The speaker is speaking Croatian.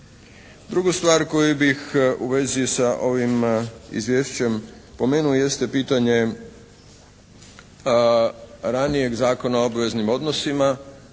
Drugu stvar koju bih u vezi sa ovim izvješćem spomenuo jeste pitanje ranijeg Zakona o obveznih odnosa,